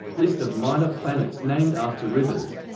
list of minor planets named after rivers